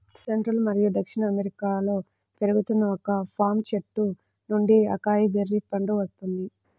central మరియు దక్షిణ అమెరికాలో పెరుగుతున్న ఒక పామ్ చెట్టు నుండి అకాయ్ బెర్రీ పండు వస్తుంది